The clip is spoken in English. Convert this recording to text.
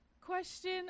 question